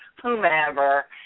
whomever